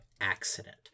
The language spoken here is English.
accident